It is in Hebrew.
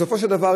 בסופו של דבר,